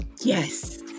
yes